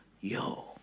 yo